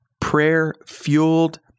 prayer-fueled